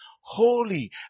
holy